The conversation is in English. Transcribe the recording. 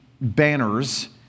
banners